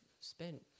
spent